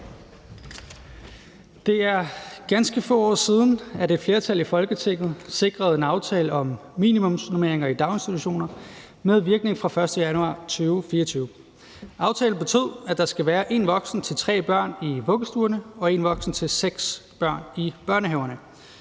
Det er ganske få år siden, at et flertal i Folketinget sikrede en aftale om minimumsnormeringer i daginstitutioner med virkning fra den 1. januar 2024. Aftalen betød, at der skal være én voksen til tre børn i vuggestuerne og én voksen til seks børn i børnehaverne.